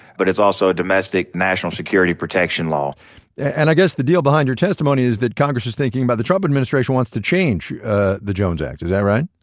but it's also a domestic national security protection law and i guess the deal behind your testimony is that congress is thinking about, the trump administration wants to change ah the jones act, is that right?